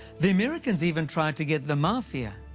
the americans even tried to get the mafia,